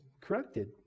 corrected